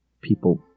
people